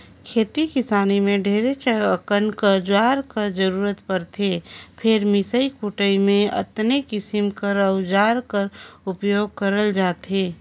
खेती किसानी मे ढेरे अकन अउजार कर जरूरत परथे फेर मिसई कुटई मे अन्ते किसिम कर अउजार कर उपियोग करल जाथे